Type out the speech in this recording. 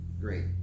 great